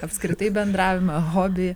apskritai bendravimą hobį